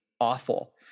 awful